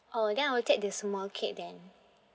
oh then I will take the small cake then